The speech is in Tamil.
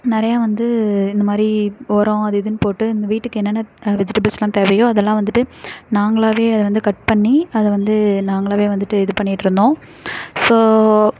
நிறைய வந்து இந்த மாதிரி உரம் அது இதுன்னு போட்டு எங்கள் வீட்டுக்கு என்னென்ன வெஜிடபிள்ஸ்லாம் தேவையோ அதெல்லாம் வந்துட்டு நாங்களாகவே அதை வந்து கட் பண்ணி அதை வந்து நாங்களாவே வந்துட்டு இது பண்ணிகிட்டு இருந்தோம் ஸோ